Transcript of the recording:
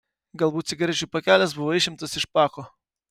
galbūt cigarečių pakelis buvo išimtas iš pako